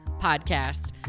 podcast